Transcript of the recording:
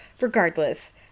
Regardless